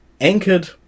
anchored